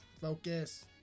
focus